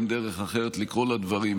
אין דרך אחרת לקרוא לדברים,